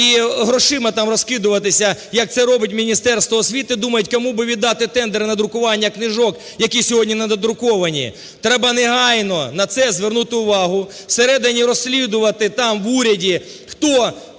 і грошима там розкидуватись, як це робить Міністерство освіти, думають, кому би віддати тендер на друкування книжок, які сьогодні не надруковані. Треба негайно на це звернути увагу. Всередині розслідувати там, в уряді, хто